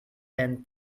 and